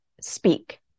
speak